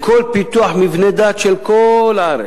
לכל פיתוח מבני דת של כל הארץ: